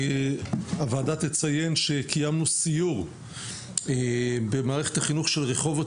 הוועדה תציין שקיימנו סיור במערכת החינוך של רחובות